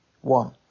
one